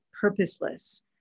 purposeless